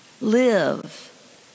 live